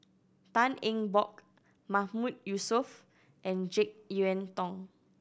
Tan Eng Bock Mahmood Yusof and Jek Yeun Thong